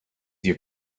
your